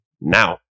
now